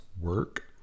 work